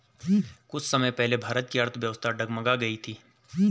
कुछ समय पहले भारत की अर्थव्यवस्था डगमगा गयी थी